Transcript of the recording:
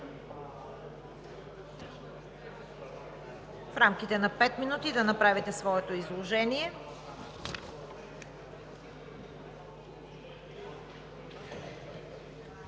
в рамките на пет минути да направите своето изложение.